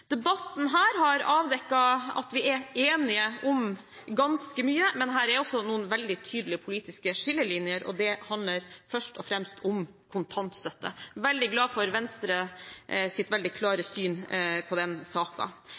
Debatten her har avdekket at vi er enige om ganske mye, men det er også noen veldig tydelige politiske skillelinjer, og det handler først og fremst om kontantstøtte. Jeg er veldig glad for Venstres veldig klare syn på den